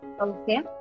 Okay